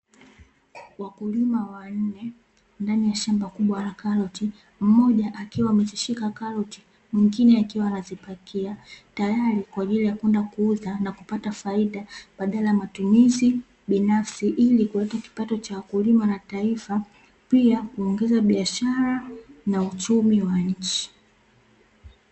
Wakulima wanne ndani ya shamba kubwa la karoti, mmoja akiwa amezishika karoti mwingine akiwa anazipakia, tayari kwa ajili ya kwenda kuuza na kupata faida badala ya matumizi binafsi ili kuweka kipato cha wakulima na taifa pia kuongeza biashara na uchumi wa nchi.